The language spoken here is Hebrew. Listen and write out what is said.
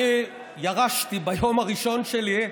אני ירשתי ביום הראשון שלי,